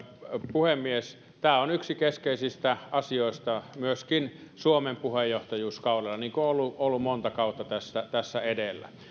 puhemies tämä on yksi keskeisistä asioista myöskin suomen puheenjohtajuuskaudella niin kuin on ollut monta kautta tässä edellä